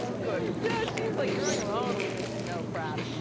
good. yeah, she was like, you're on your own with this snow crap.